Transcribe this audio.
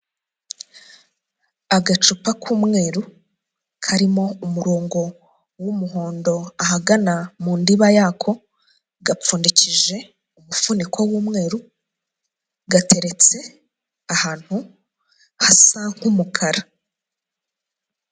Agacupa k'umweru karimo umurongo w'umuhondo ahagana mu ndiba yako gapfundikije umufuniko w'umweru gateretse ahantu hasa nk'umukara.